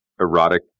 erotic